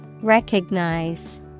Recognize